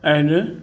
आहिनि